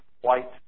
white